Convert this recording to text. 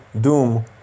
doom